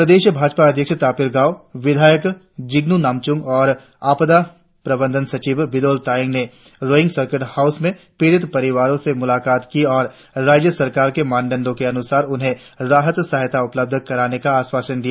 प्रदेश भाजपा अध्यक्ष तापिर गाव विधायक जिग्नु नामचुम और आपदा प्रवंधन सचिव बिदोल तायेंग ने रोईंग सार्किट हाऊस में पीड़ित परिवारो से मुलाकात की और राज्य सरकार के मानदण्डो के अनुसार उन्हें राहत सहायता उपलब्ध कराने का आश्वासन दिया